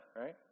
right